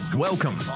Welcome